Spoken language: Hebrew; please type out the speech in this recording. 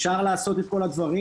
אפשר לעשות את כל הדברים.